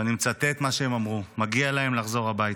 ואני מצטט מה שהם אמרו: מגיע להם לחזור הביתה.